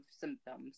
symptoms